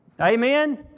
Amen